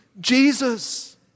Jesus